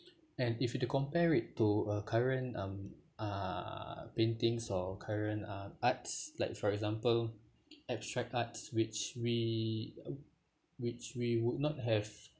and if you were to compare it to uh current um uh paintings or current uh arts like for example abstract art which we which we would not have